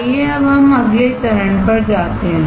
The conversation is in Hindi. आइए अब हम अगले चरण पर जाते हैं